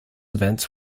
events